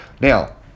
now